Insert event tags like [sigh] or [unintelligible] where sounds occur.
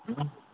[unintelligible]